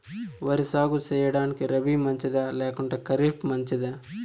వరి సాగు సేయడానికి రబి మంచిదా లేకుంటే ఖరీఫ్ మంచిదా